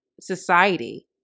society